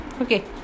Okay